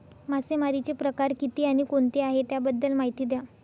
मासेमारी चे प्रकार किती आणि कोणते आहे त्याबद्दल महिती द्या?